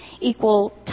equal